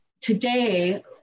Today